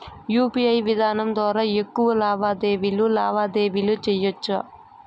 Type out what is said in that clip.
UPI విధానం ద్వారా ఎక్కువగా లావాదేవీలు లావాదేవీలు సేయొచ్చా?